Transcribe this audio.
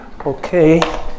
Okay